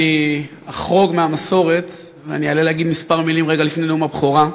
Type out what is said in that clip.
אני אחרוג מהמסורת ואני אעלה להגיד כמה מילים רגע לפני נאום הבכורה.